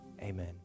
amen